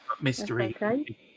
Mystery